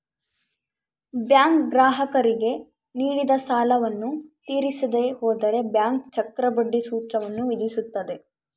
bank ಗ್ರಾಹಕರಿಗೆ ನೀಡಿದ ಸಾಲವನ್ನು ತೀರಿಸದೆ ಹೋದರೆ ಬ್ಯಾಂಕ್ ಚಕ್ರಬಡ್ಡಿ ಸೂತ್ರವನ್ನು ವಿಧಿಸುತ್ತದೆ